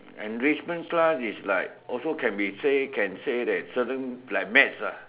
enrichment class is like also can be say can say that certain like maths ah